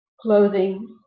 clothing